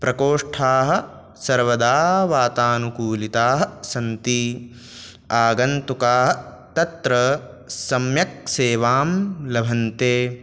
प्रकोष्ठाः सर्वदा वातानुकूलिताः सन्ति आगन्तुकाः तत्र सम्यक् सेवां लभन्ते